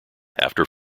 after